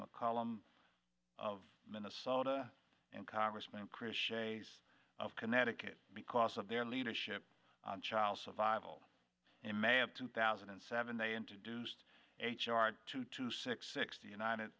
mccollum of minnesota and congressman chris shays of connecticut because of their leadership on child survival in may of two thousand and seven they introduced h r two to six six the united